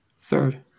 Third